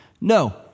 No